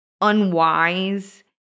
unwise